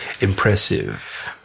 impressive